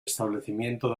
establecimiento